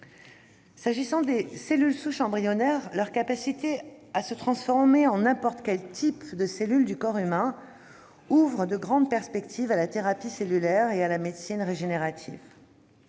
S'agissant des cellules souches embryonnaires, leur capacité à se transformer en n'importe quel type de cellules du corps humain ouvre de grandes perspectives à la thérapie cellulaire et à la médecine régénérative.